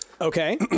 Okay